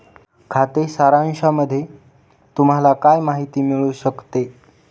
खाते सारांशामध्ये तुम्हाला काय काय माहिती मिळू शकते?